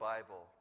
Bible